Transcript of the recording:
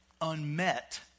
unmet